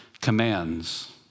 commands